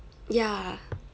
ya